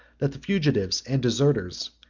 that the fugitives and deserters,